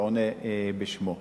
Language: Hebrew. ועונה בשמו.